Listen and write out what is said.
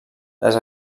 les